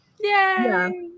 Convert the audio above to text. Yay